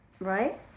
right